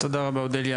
תודה רבה אודליה,